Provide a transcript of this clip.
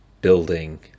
Building